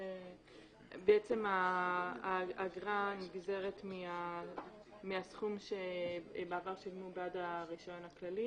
בעצם האגרה נגזרת מהסכום שבעבר שילמו בעד הרישיון הכללי